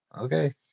okay